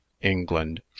england